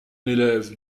élève